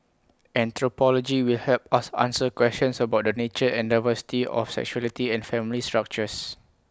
anthropology will help us answer questions about the nature and diversity of sexuality and family structures